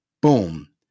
boom